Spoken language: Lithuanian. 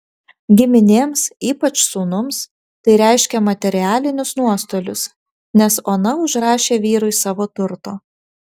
giminėms ypač sūnums tai reiškė materialinius nuostolius nes ona užrašė vyrui savo turto